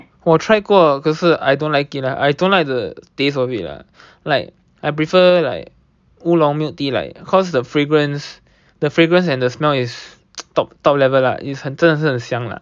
我 try 过可是 I don't like it lah I don't like the taste of it lah like I prefer like oolong milk tea like cause the fragrance the fragrance and the smell is top top level lah it's 很真的是很香啦